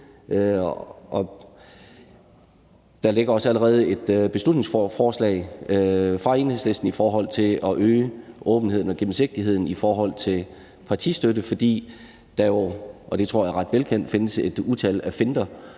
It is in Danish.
Der ligger også allerede et beslutningsforslag fra Enhedslisten om at øge åbenheden og gennemsigtigheden i forhold til partistøtte, fordi der jo – det tror jeg er ret velkendt – findes et utal af finter,